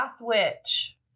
witch